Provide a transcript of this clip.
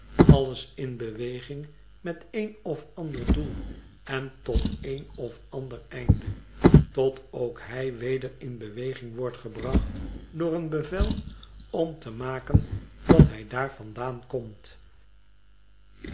alles in beweging met een of ander doel en tot een of ander einde tot ook hij weder in beweging wordt gebracht door een bevel om te maken dat hij daar vandaan komt